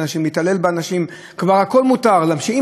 ואם אנחנו ידענו שאנשים השקיעו והם רואים מה עומד מאחורי,